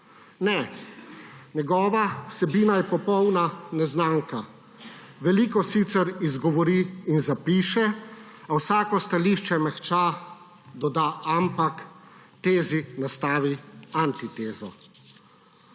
Ne. Njegova vsebina je popolna neznanka. Veliko sicer izgovori in zapiše, a vsako stališče mehča, doda ampak. Tezi nastavi antitezo.